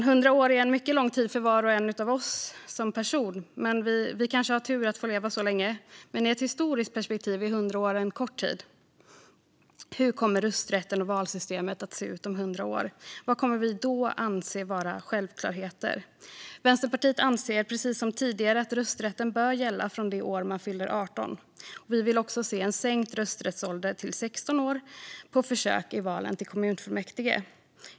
100 år är en mycket lång tid för var och en av oss som personer. Vi har kanske turen att få leva så länge, men i ett historiskt perspektiv är 100 år en kort tid. Hur kommer rösträtten och valsystemet att se ut om 100 år? Vad kommer vi då att anse vara självklarheter? Vänsterpartiet anser precis som tidigare att rösträtten bör gälla från det år man fyller 18 år. Vi vill också se en sänkt rösträttsålder till 16 år på försök i valen till kommunfullmäktige.